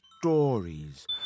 stories